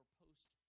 post